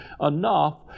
enough